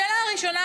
השאלה הראשונה,